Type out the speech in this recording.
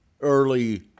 early